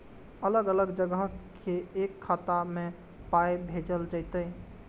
अलग अलग जगह से एक खाता मे पाय भैजल जेततै?